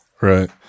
Right